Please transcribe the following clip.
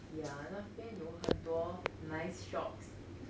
ya 那边有很多 nice shops